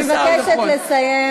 אני מבקשת לסיים.